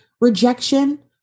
rejection